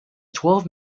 twelve